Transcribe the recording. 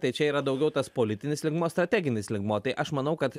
tai čia yra daugiau tas politinis lygmuo strateginis lygmuo tai aš manau kad